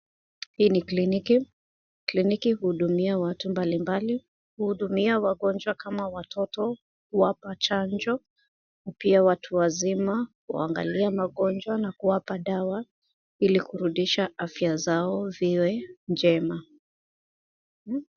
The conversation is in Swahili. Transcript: Hii ni kliniki. Kliniki huudumia watu mbalimbali, huudumia wagonjwa kama watoto, huwapa chanjo na pia watu wazima huangalia magonjwa na kuwapa dawa ili kurudisha afya zao viwe njema.